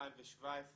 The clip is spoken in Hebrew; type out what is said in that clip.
2017